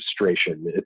registration